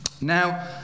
Now